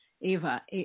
Eva